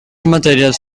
materials